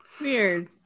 Weird